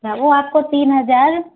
वो आपको तीन हजार